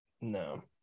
No